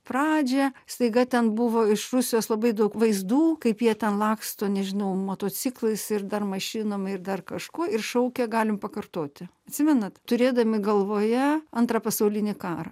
pradžią staiga ten buvo iš rusijos labai daug vaizdų kaip jie ten laksto nežinau motociklais ir dar mašinom ir dar kažkuo ir šaukia galim pakartoti atsimenat turėdami galvoje antrą pasaulinį karą